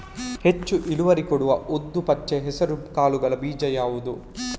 ಹೆಚ್ಚು ಇಳುವರಿ ಕೊಡುವ ಉದ್ದು, ಪಚ್ಚೆ ಹೆಸರು ಕಾಳುಗಳ ಬೀಜ ಯಾವುದು?